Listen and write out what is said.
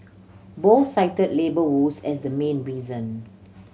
both cited labour woes as the main reason